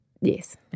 Yes